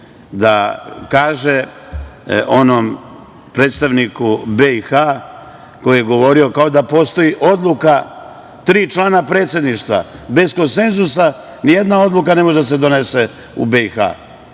da kaže onom predstavniku BiH, koji je govorio kao da postoji odluka tri člana predsedništva, bez konsenzusa nijedna odluka ne može da se donose u BiH,